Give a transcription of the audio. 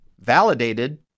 validated